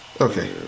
Okay